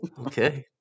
Okay